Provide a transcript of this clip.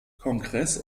kongress